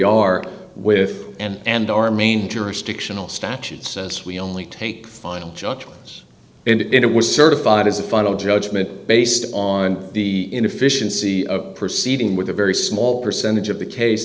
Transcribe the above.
are with and our main jurisdictional statute says we only take final judgments and it was certified as a final judgment based on the inefficiency of proceeding with a very small percentage of the case